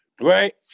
right